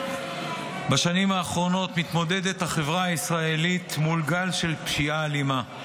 בשנים האחרונות מתמודדת החברה הישראלית עם גל של פשיעה אלימה.